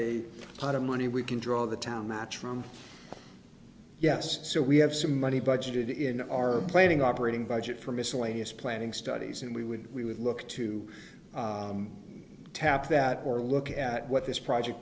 lot of money we can draw the town match from yes so we have some money budgeted in our planning operating budget for miscellaneous planning studies and we would we would look to tap that or look at what this project